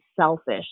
selfish